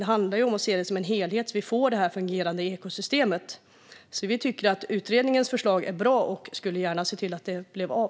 Det handlar dock om att se detta som en helhet, så att vi får ett fungerande ekosystem. Vi tycker att utredningens förslag är bra och skulle gärna se att det blev av.